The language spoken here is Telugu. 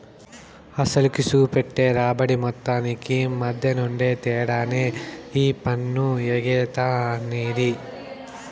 అసలుకి, సూపెట్టే రాబడి మొత్తానికి మద్దెనుండే తేడానే ఈ పన్ను ఎగేత అనేది